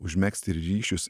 užmegzti ryšius